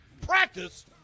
Practice